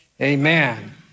amen